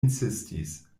insistis